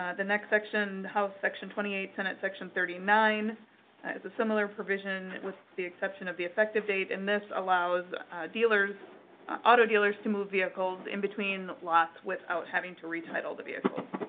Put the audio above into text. the next section how section twenty eight senatesection thirty nine is a similar provisionwith the exception of the effective date. and this allows dealers auto dealers to move vehicles between locks without having to retitle the vehicle.